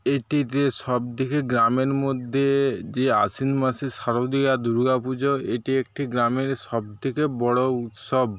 এটিতে সব দিকের গ্রামের মধ্যে যে আশ্বিন মাসে শারদীয়া দুর্গাপুজো এটি একটি গ্রামের সবথেকে বড় উৎসব